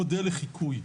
מודל לחיקוי.